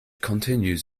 continues